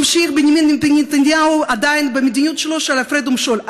ממשיך בנימין נתניהו עדיין במדיניות שלו של הפרד ומשול.